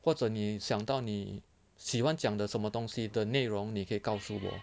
或者你想到你喜欢讲的什么东西的内容你可以告诉我